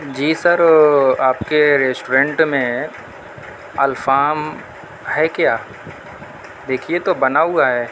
جی sir آپ کے restaurant میں الفام ہے کیا دیکھیے تو بنا ہُوا ہے